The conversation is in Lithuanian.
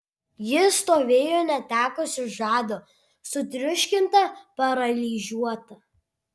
ji stovėjo netekusi žado sutriuškinta paralyžiuota